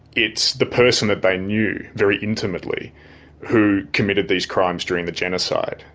it's the person that they knew very intimately who committed these crimes during the genocide.